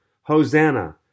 Hosanna